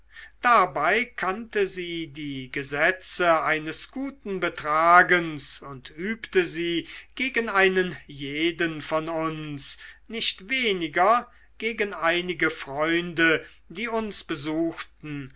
dabei kannte sie die gesetze eines guten betragens und übte sie gegen einen jeden von uns nicht weniger gegen einige freunde die uns besuchten